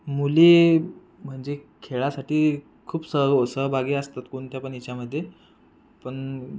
मुली म्हणजे खेळासाठी खूप स सहभागी असतात कोणत्या पण याच्यामध्ये पण